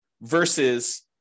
versus